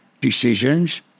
decisions